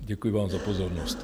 Děkuji vám za pozornost.